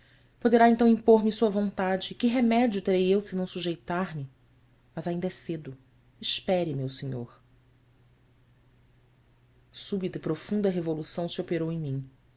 poderá então impor me sua vontade e que remédio terei eu se não sujeitar me mas ainda é cedo espere meu senhor súbita e profunda revolução se operou em mim